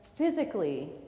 Physically